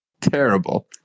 terrible